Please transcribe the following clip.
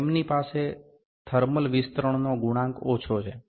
તેમની પાસે થર્મલ વિસ્તરણનો ગુણાંક ઓછો છે